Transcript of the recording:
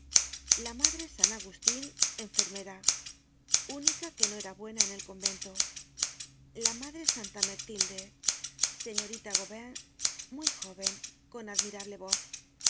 la madre san agustin enfermera única que no era buena en el convento la madre santa mectilde señorita gauvain muy jóven con admirable voz